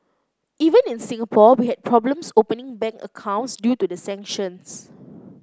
even in Singapore we had problems opening bank accounts due to the sanctions